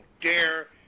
dare